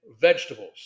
vegetables